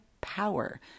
power